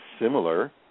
similar